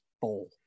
bowl